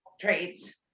trades